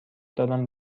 دارم